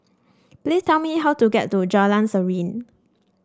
please tell me how to get to Jalan Serene